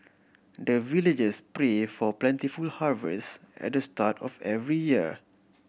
the villagers pray for plentiful harvest at the start of every year